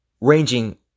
ranging